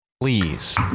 please